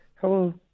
hello